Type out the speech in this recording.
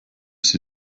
sie